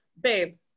Babe